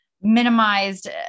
minimized